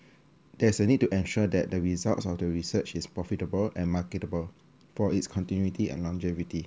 there's a need to ensure that the results of the research is profitable and marketable for its continuity and longevity